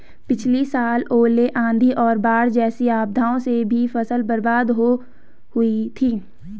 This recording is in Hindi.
पिछली साल ओले, आंधी और बाढ़ जैसी आपदाओं से भी फसल बर्बाद हो हुई थी